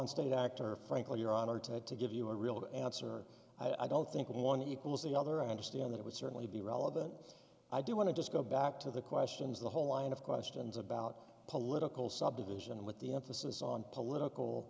and state actor frankly your honor to it to give you a real answer i don't think one equals the other i understand that would certainly be relevant i do want to just go back to the questions the whole line of questions about political subdivision with the emphasis on political